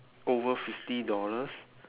over fifty dollars